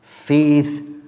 Faith